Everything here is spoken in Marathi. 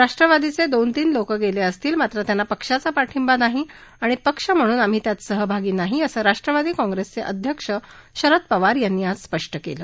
राष्ट्रवादीचे दोन तीन लोक गेले असतील मात्र त्यांना पक्षाचा पाठिंबा नाही पक्ष म्हणून आम्ही त्यात सहभागी नाही असं राष्ट्वादी काँप्रेसचे अध्यक्ष शरद पवार यांनी आज स्पष्ट केलं